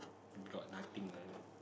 got nothing